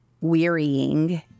wearying